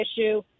issue